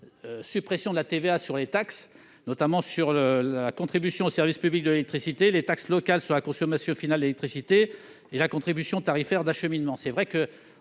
supprimer la TVA sur les taxes, notamment la contribution au service public de l'électricité (CSPE), les taxes locales sur la consommation finale d'électricité (TLCFE) et la contribution tarifaire d'acheminement